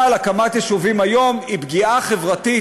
אבל הקמת יישובים היום היא פגיעה חברתית,